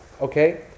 Okay